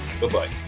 Goodbye